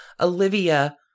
Olivia